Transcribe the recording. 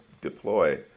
deploy